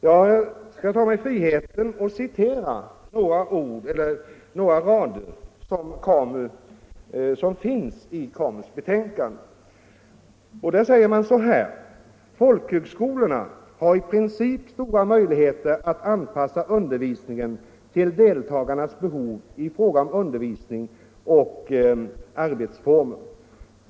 Jag skall ta mig friheten att citera några rader i KAMU:s betänkande: ”Folkhögskolorna har i princip stora möjligheter att anpassa undervisningen till deltagarnas behov ifråga om undervisning och arbetsformer.